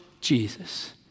Jesus